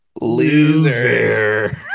Loser